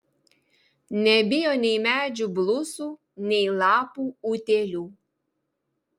nebijo nei medžių blusų nei lapų utėlių